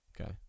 Okay